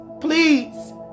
Please